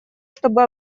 чтобы